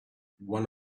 one